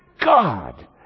God